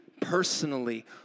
personally